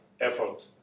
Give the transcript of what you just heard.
effort